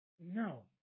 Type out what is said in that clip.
No